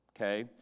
Okay